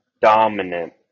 dominant